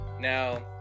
now